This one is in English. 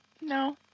No